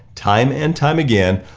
time and time again,